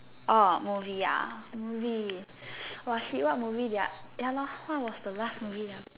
orh movie ya movie what shit what movie that are ya lor what was the last movie ah